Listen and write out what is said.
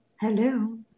Hello